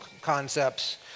concepts